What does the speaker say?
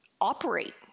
operate